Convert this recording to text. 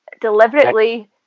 deliberately